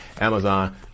Amazon